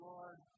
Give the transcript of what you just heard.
Lord